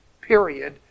period